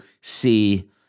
see